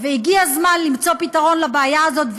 והגיע הזמן למצוא פתרון לבעיה הזאת,